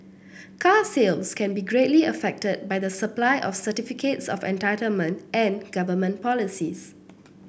car sales can be greatly affected by the supply of certificates of entitlement and government policies